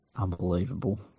unbelievable